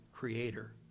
creator